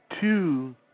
two